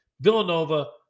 Villanova